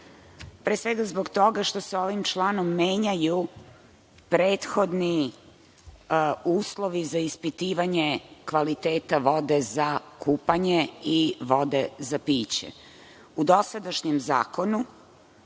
pre svega zbog toga što se ovim članom menjaju prethodni uslovi za ispitivanje kvaliteta vode za kupanje i vode za piće.U